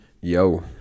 Yo